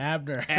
Abner